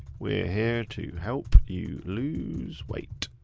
we're here to help you lose weight